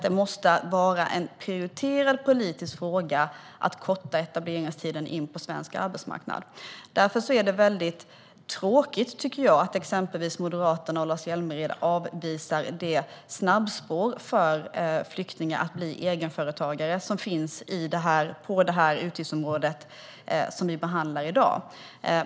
Det måste vara en prioriterad politisk fråga att korta etableringstiden in på svensk arbetsmarknad. Det är därför väldigt tråkigt att exempelvis Moderaterna och Lars Hjälmered avvisar det snabbspår för flyktingar att bli egenföretagare som finns på det utgiftsområde vi behandlar i dag.